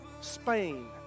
Spain